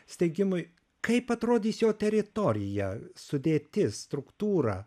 steigimui kaip atrodys jo teritorija sudėtis struktūra